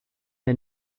der